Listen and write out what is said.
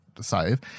save